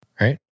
right